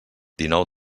dinou